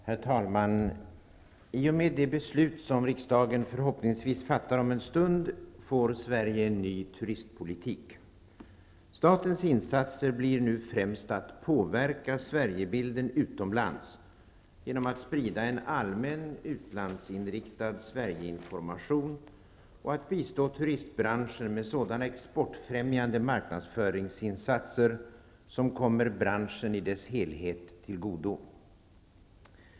Herr talman! I och med det beslut som riksdagen förhoppningsvis kommer att fatta om en stund får Sverige en ny turistpolitik. Statens insatser blir nu främst att påverka Sverigebilden utomlands genom att sprida en allmän utlandsinriktad Sverigeinformation och att bistå turistbranschen med sådana exportfrämjande marknadsföringsinsatser som kommer branschen i dess helhet till godo.